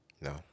No